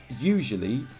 usually